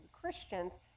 Christians